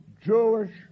Jewish